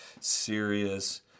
serious